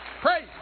Praise